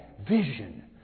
vision